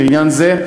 לעניין זה,